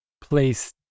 place